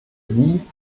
sie